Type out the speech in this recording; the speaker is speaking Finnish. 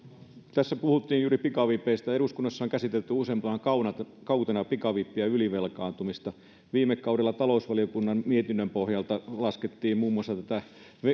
tässä puhuttiin juuri pikavipeistä eduskunnassa on käsitelty useampana kautena kautena pikavippiä ja ylivelkaantumista viime kaudella talousvaliokunnan mietinnön pohjalta laskettiin muun muassa tätä